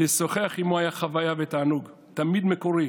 לשוחח עימו היה חוויה ותענוג, תמיד מקורי,